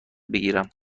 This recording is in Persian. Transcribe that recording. بگیرم